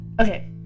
Okay